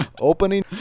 opening